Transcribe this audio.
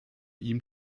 ihm